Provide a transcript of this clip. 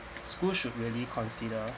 schools should really consider